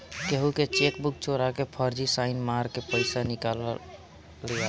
केहू के चेकबुक चोरा के फर्जी साइन मार के पईसा निकाल लियाला